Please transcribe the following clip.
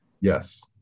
Yes